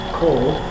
cold